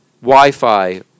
Wi-Fi